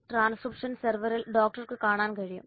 transcription സെർവറിൽ ഡോക്ടർക്ക് കാണാൻ കഴിയും